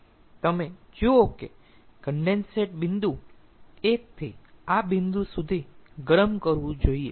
તમે જુઓ કે કન્ડેન્સેટ બિંદુ 1 થી આ બિંદુ સુધી ગરમ કરવું જોઈએ